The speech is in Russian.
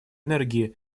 энергии